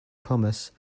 promise